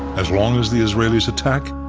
as long as the israelis attack,